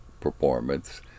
performance